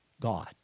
God